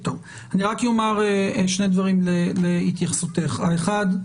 אני רק אומר שני דברים להתייחסותך, האחד,